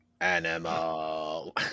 Animal